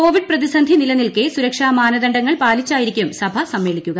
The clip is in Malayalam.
കോവിഡ് പ്രതിസന്ധി നിലനിൽക്കെ സുരക്ഷാ മാനദണ്ഡങ്ങൾ പാലിച്ചായിരിക്കും സഭ സമ്മേളിക്കുക